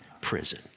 prison